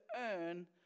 earn